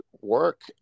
work